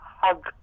hug